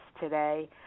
today